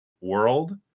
world